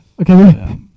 Okay